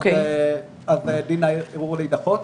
אז דין הערעור להידחות,